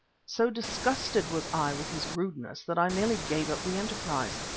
so disgusted was i with his rudeness that i nearly gave up the enterprise.